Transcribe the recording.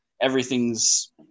everything's